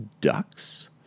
ducks